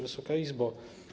Wysoka Izbo!